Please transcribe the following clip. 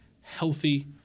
healthy